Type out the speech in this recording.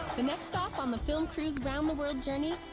the next stop on the film crew's around-the-world journey,